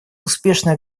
успешное